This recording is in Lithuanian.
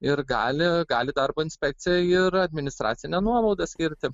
ir gali gali darbo inspekcija ir administracinę nuobaudą skirti